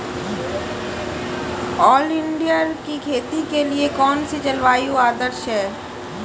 Oleander की खेती के लिए कौन सी जलवायु आदर्श है?